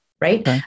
right